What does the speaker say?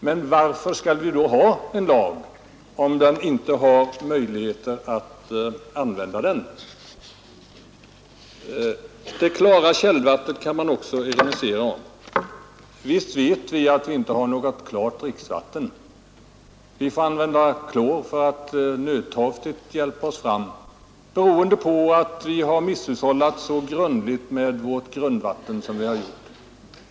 Men varför skall vi då ha en sådan lag, om vi inte har möjlighet att använda den? Det klara källvattnet kan man också ironisera om. Visst vet vi att vi inte har klart dricksvatten — vi måste använda klor för att nödtorftigt hjälpa oss fram — beroende på att vi har misshushållat med vårt grundvatten så som vi har gjort.